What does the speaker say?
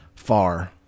far